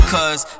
Cause